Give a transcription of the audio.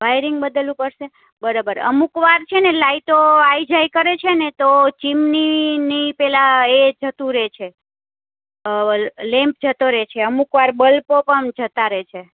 wiring બદલવું પડશે બરાબર અમુકવાર છેને લાઈટો આવ જા કરે છે ને તો ચીમનીની પેલા એ જતું રહે છે લેમ્પ જતો રહે છે અમુકવાર બલ્બો પણ જતા રહે છે